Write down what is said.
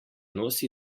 nosi